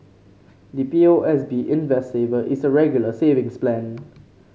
the P O S B Invest Saver is a Regular Savings Plan